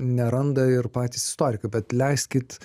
neranda ir patys istorikai bet leiskit